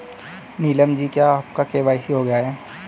नीलम जी क्या आपका के.वाई.सी हो गया है?